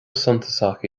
suntasach